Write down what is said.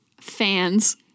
fans